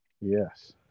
Yes